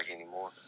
anymore